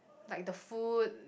like the food